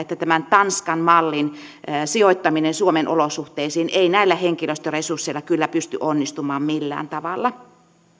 että tämän tanskan mallin sijoittaminen suomen olosuhteisiin ei näillä henkilöstöresursseilla kyllä pysty onnistumaan millään tavalla